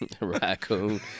Raccoon